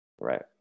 Right